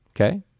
okay